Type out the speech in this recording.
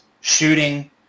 shooting